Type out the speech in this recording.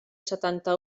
setanta